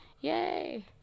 yay